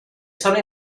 sono